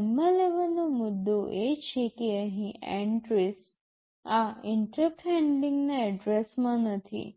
ધ્યાનમાં લેવાનો મુદ્દો એ છે કે અહીં એંટ્રીસ આ ઇન્ટરપ્ટ હેન્ડલિંગ ના એડ્રેસમાં નથી